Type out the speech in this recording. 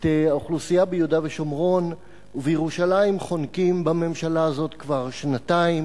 את האוכלוסייה ביהודה ושומרון ובירושלים חונקים בממשלה הזאת כבר שנתיים,